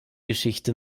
geschichte